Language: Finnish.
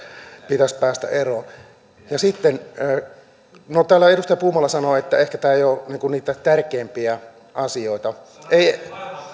pitäisi päästä eroon täällä edustaja puumala sanoi että ehkä tämä ei ole niitä tärkeimpiä asioita ei